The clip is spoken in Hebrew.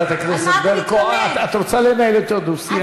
חברת הכנסת ברקו, את רוצה לנהל אתו דו-שיח?